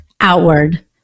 outward